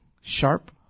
Sharp